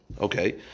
Okay